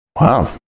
Wow